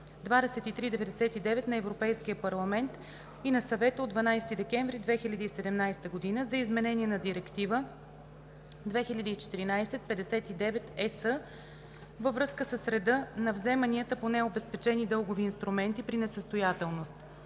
2017/2399 на Европейския парламент и на Съвета от 12 декември 2017 г. за изменение на Директива 2014/59/ЕС във връзка с реда на вземанията по необезпечени дългови инструменти при несъстоятелност.